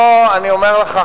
פה אני אומר לך,